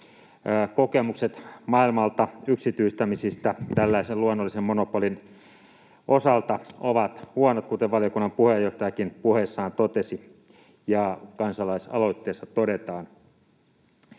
Kokemukset maailmalta yksityistämisistä tällaisen luonnollisen monopolin osalta ovat huonot, kuten valiokunnan puheenjohtajakin puheessaan totesi ja kansalaisaloitteessa todetaan.